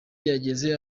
yageze